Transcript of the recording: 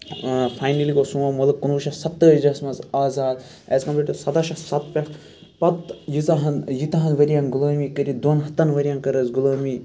finally گوٚو سون مُلک کُنوُہ شَتھ سَتہٕٲجِیَس منٛز آزاد ایز کَمپِیٲڑ ٹُو سَداہ شَتھ سَتہٕ پٮ۪ٹھ پَتہٕ ییٖژاہن ییٖتاہَن ؤریَن غلٲمی کٔرِتھ دۄن ہَتَن ؤرۍ یَن کٔر اسہِ غلٲمی